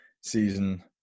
season